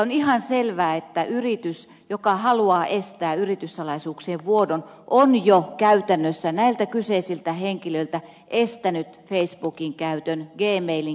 on ihan selvää että yritys joka haluaa estää yrityssalaisuuksien vuodon on jo käytännössä näiltä kyseisiltä henkilöiltä estänyt facebookin käytön gmailin käytön